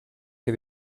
que